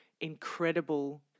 incredible